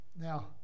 Now